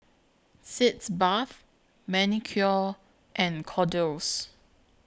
Sitz Bath Manicare and Kordel's